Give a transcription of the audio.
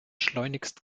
schleunigst